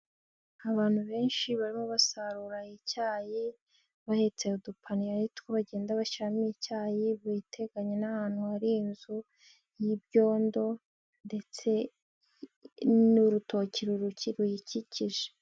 Abantu benshi barimo basarura icyayi bahetse udupaniye two bagenda bashyiramo icyayi. Biteganye n'ahantu hari inzu y'ibyondo ndetse n'urutoki ruyikikije.